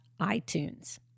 iTunes